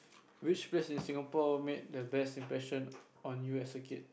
which place in Singapore made the best impression on you as a kid